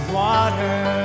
water